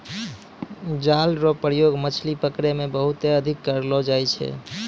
जाल रो प्रयोग मछली पकड़ै मे बहुते अधिक करलो जाय छै